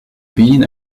been